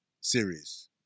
series